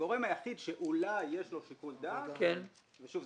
הגורם היחיד שאולי יש לו שיקול דעת ואני